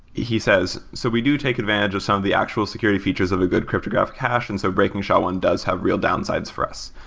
he says, so we do take advantage of some of the actual security features of a good cryptographic hash, and so breaking sha one does have real downsides for us,